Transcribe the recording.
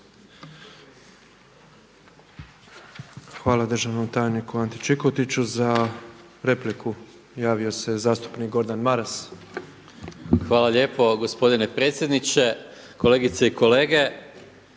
Hvala državnom tajniku Anti Čikotiću. Za repliku javio se zastupnik Gordan Maras. **Maras, Gordan (SDP)** Hvala lijepo gospodine predsjedniče, kolegice i kolege.